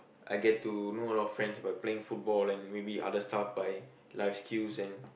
I get to know a lot of friends by playing football and maybe other stuff by life skills and